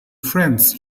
friends